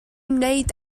wneud